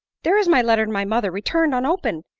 there is my letter to my mother, returned unopened,